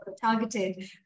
targeted